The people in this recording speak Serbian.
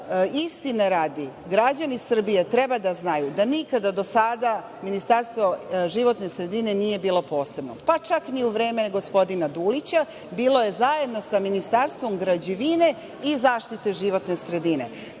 radi, građani Srbije treba da znaju da nikada do sada ministarstvo životne sredine nije bilo posebno, pa čak ni u vreme gospodina Dulića. Bilo je zajedno sa Ministarstvom građevine i zaštite životne sredine.